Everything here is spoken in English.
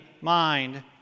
mind